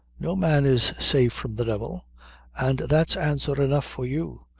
no man is safe from the devil and that's answer enough for you,